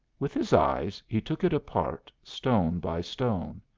with his eyes he took it apart, stone by stone.